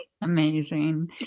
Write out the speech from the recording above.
amazing